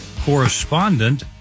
Correspondent